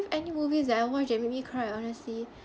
any movies that I watch that made me cry honestly